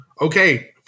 Okay